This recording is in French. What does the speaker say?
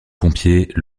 pompiers